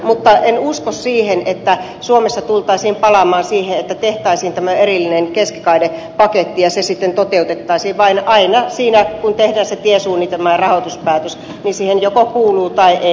mutta en usko siihen että suomessa tultaisiin palaamaan siihen että tehtäisiin tämmöinen erillinen keskikaidepaketti ja se sitten toteutettaisiin vaan aina kun tehdään se tiesuunnitelma ja rahoituspäätös siihen se joko kuuluu tai ei